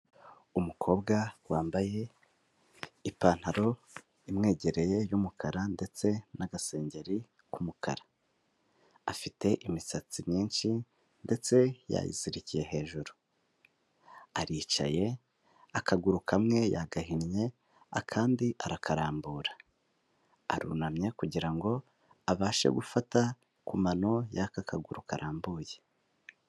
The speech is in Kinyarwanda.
umukobwa wambaye ipantaro imwegereye y'umukara ndetse n'agasengeri k'umukara afite, imisatsi myinshi ndetse yayizirikiyeye hejuru aricaye akaguru kamwe yagahinnnye akandi arakarambura arunamye kugira ngo abashe gufata ku mano y'aka kaguru karambuye.